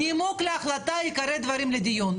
נימוק להחלטה, עיקרי דברים לדיון.